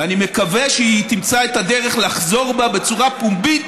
ואני מקווה שהיא תמצא את הדרך לחזור בה בצורה פומבית,